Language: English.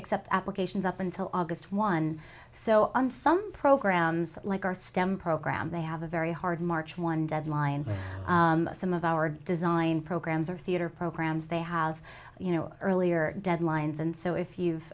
accept applications up until august one so on some programs like our stem program they have a very hard march one deadline some of our design programs are theater programs they have you know earlier deadlines and so if you've